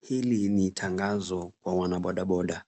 Hili ni tangazo kwa wanabodaboda.